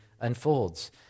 unfolds